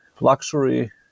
luxury